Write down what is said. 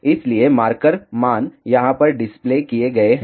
इसलिए मार्कर मान यहां पर डिस्प्ले किए गए हैं